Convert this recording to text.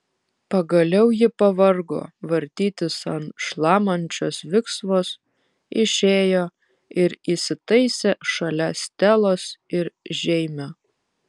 pagaliau ji pavargo vartytis ant šlamančios viksvos išėjo ir įsitaisė šalia stelos ir žeimio